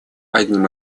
одним